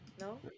No